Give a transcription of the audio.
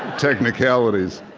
technicalities